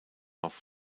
off